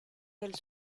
del